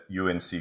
UNC